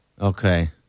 Okay